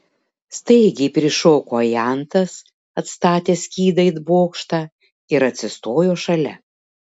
staigiai prišoko ajantas atstatęs skydą it bokštą ir atsistojo šalia